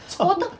抓